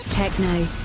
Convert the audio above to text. techno